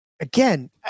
Again